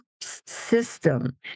system